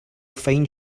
find